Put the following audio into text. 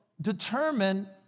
determine